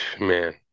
man